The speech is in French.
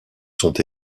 sont